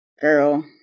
Girl